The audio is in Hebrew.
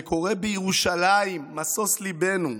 זה קורה בירושלים משוש ליבנו,